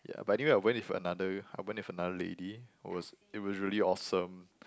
yeah but anyway I went with another I went with another lady it was it was really awesome